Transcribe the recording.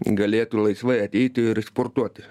galėtų laisvai ateiti ir sportuoti